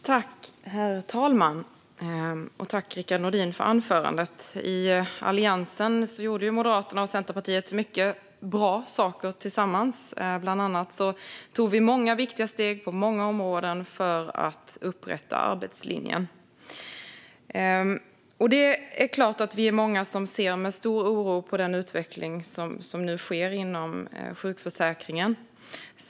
Herr talman! Tack, Rickard Nordin, för anförandet! I Alliansen gjorde Moderaterna och Centerpartiet många bra saker tillsammans. Vi tog bland annat viktiga steg på många områden för att upprätta arbetslinjen. Det är klart att vi är många som ser med stor oro på hur sjukförsäkringen utvecklas.